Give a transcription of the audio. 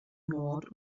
nord